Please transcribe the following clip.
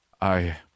I